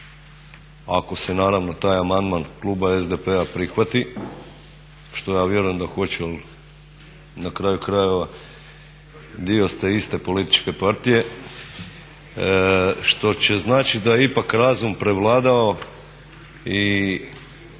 ako se naravno taj amandman kluba SDP-a prihvati što ja vjerujem da hoće jer na kraju krajeva dio ste iste političke partije što će značiti da ipak razum je prevladao i